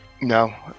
No